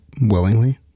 willingly